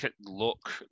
look